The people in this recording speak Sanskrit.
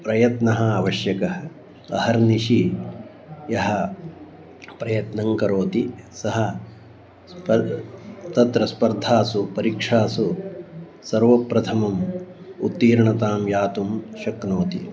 प्रयत्नः आवश्यकः अहर्निषं यः प्रयत्नं करोति सः तासु तत्र स्पर्धासु परीक्षासु सर्वप्रथमम् उत्तीर्णतां यातुं शक्नोति